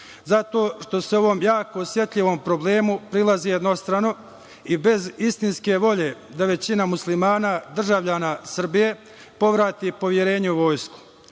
Zato što se ovom jako osetljivom problemu prilazi jednostrano i bez istinske volje da većina muslimana državljana Srbije povrati poverenje u